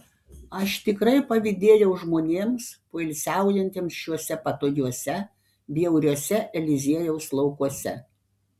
aš tikrai pavydėjau žmonėms poilsiaujantiems šiuose patogiuose bjauriuose eliziejaus laukuose